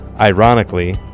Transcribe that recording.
Ironically